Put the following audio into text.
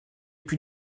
put